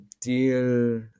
deal